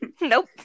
Nope